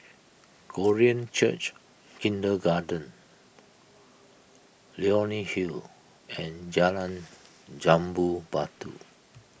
Korean Church Kindergarten Leonie Hill and Jalan Jambu Batu